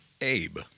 Abe